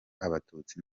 abatutsi